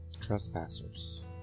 trespassers